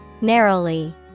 narrowly